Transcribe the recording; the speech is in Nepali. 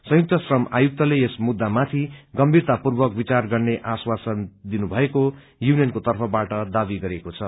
संयुक्त श्रम आयुक्तले यस मुद्धा माथि गम्भीरतार्पूवक विचार गर्ने आश्वासन दिनुभएको युनियनको तर्फबाट दावी गरिएको छ